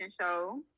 show